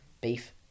Beef